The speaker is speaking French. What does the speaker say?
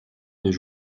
deux